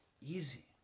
easy